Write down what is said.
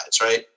right